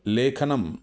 लेखनम्